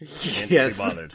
Yes